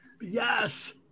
yes